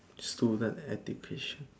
student education